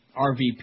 RVP